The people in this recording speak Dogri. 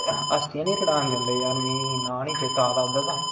अस्थियां नेईं रढ़ान जंदे यार मी ना नी चेताआरदा